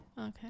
Okay